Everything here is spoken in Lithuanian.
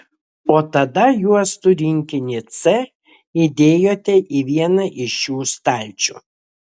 o tada juostų rinkinį c įdėjote į vieną iš šių stalčių